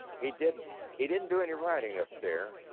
he didn't he didn't do any writing up there,